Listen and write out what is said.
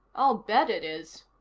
i'll bet it is,